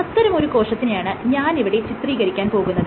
അത്തരമൊരു കോശത്തിനെയാണ് ഞാൻ ഇവിടെ ചിത്രീകരിക്കാൻ പോകുന്നത്